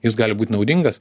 jis gali būti naudingas